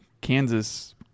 Kansas